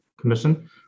Commission